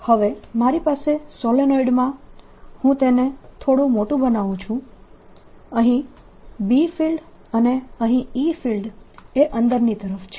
તેથી હવે મારી પાસે સોલેનોઈડમાં હું તેને થોડું મોટું બનાવું છું અહીં B ફિલ્ડ અને અહીં E ફિલ્ડ એ અંદરની તરફ છે